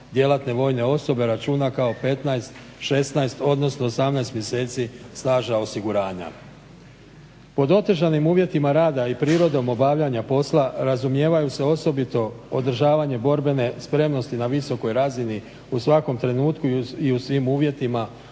djelatne vojne osobe računa kao 15, 16 odnosno 18 mjeseci staža osiguranja. Pod otežanim uvjetima rada i prirodom obavljanja posla razumijevaju se osobito održavanje borbene spremnosti na visokoj razini u svakom trenutku i u svim uvjetima